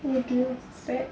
oh dear so sad